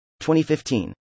2015